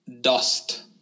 Dust